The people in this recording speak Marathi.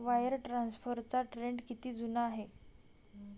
वायर ट्रान्सफरचा ट्रेंड किती जुना आहे?